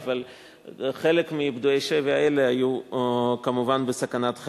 אבל חלק מפדויי השבי האלה היו כמובן בסכנת חיים.